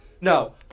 no